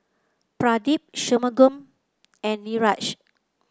Pradip Shunmugam and Niraj